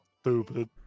Stupid